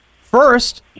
First